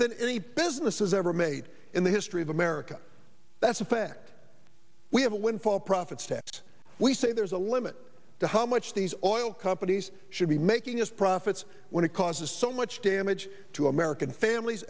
than any businesses ever made in the history of america that's a fact we have a windfall profits tax we say there's a limit to how much these oil companies should be making its profits when it causes so much damage to american families